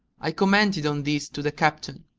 i commented on this to the captain.